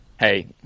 Hey